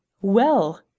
Well